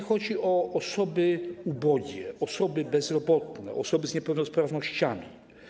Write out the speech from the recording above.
Chodzi o osoby ubogie, osoby bezrobotne, osoby z niepełnosprawnościami.